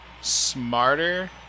smarter